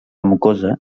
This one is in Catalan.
mucosa